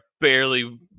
barely